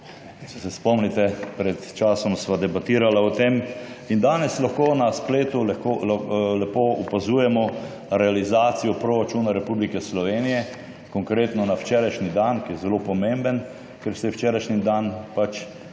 Če se spomnite, pred časom sva debatirala o tem in danes lahko na spletu lepo opazujemo realizacijo proračuna Republike Slovenije, konkretno na včerajšnji dan, ki je zelo pomemben, ker se je včerajšnji dan